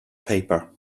paper